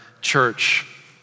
church